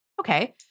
Okay